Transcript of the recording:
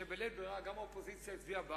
כשבלית ברירה גם האופוזיציה הצביעה בעד,